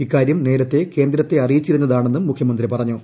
ഇക്കാര്യം നേരത്തെ കേന്ദ്രത്തെ അറിയിച്ചിരുന്നിരാണ്ണെന്നും മുഖ്യമന്ത്രി പറഞ്ഞു